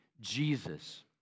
Jesus